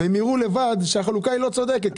יראו לבד שהחלוקה לא צודקת,